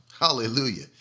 Hallelujah